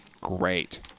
Great